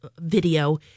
video